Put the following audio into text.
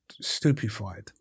stupefied